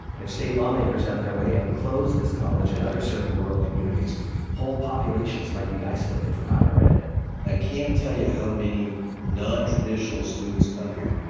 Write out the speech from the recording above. if state lawmakers have their way and close this college and others serving rural communities whole populations might be isolated from higher ed i can't tell you how many non-traditional students come here.